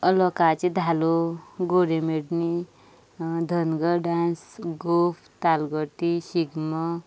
लोकांचे धालो घोडेमोडणी धनगर डांस गोफ तालगडी शिगमो